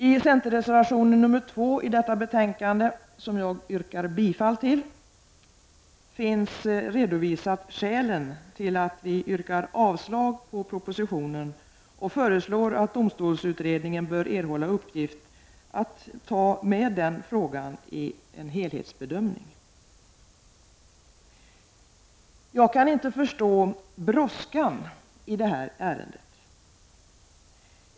I centerreservationen nr 2 i detta betänkande, vilken jag yrkar bifall till, redovisas skälen till att vi yrkar avslag på propositionen och föreslår att domstolsutredningen erhåller uppgift att ta med denna fråga vid en helhetsbedömning. Jag kan inte förstå brådskan i detta ärende.